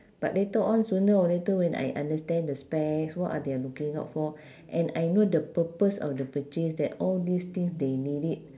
but later on sooner or later when I understand the specs what are they are looking out for and I know the purpose of the purchase that all these things they need it